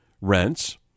rents